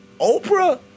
Oprah